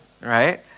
right